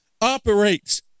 operates